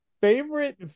favorite